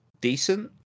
decent